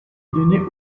donnée